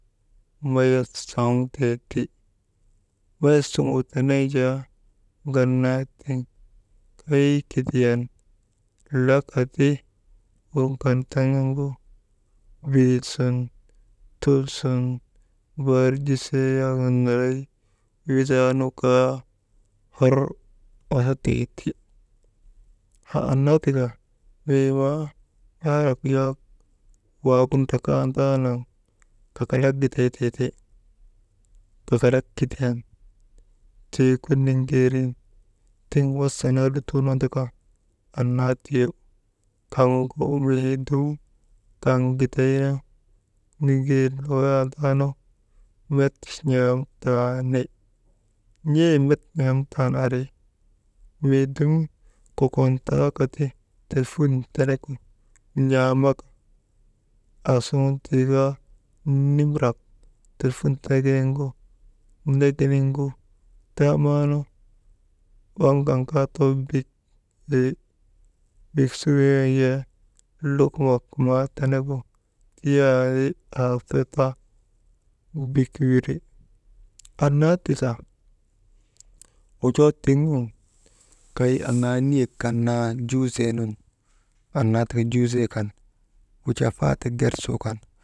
Mayas zoŋtee ti, mayas suŋuu tenen jaa ŋanaa tiŋ, kay kidiyan laka ti waŋ kar taŋ nuŋgu biiil suŋ tul sun barjisee yak nonoroy windaanu haa hor lahadiiti, haa annaa tika mii maa haalak yak waagu ndrakaa ndaanaŋ kakalak gidaytee ti kakalak kidiyan tiigu niŋgeerin tiŋ wasa naa luton andaka, anna tiyo kaŋgu mii dum kaŋ giday niŋgeerin walataanu met n̰amtaani, n̰ee met n̰amtan ari, mii dun kokon talaka ti telfun tenegu n̰aamak, aasuŋun tiikaa nimirak telfun teneginiŋgu taamaanu, lukumak maa tenegu tiyaandi aasuta bik wiri, annaa tika wonjoo tiŋ nun kay annaa niyek kan naa juu zeenun annaa tika juuzee kan wujaa faatek gersuu kan.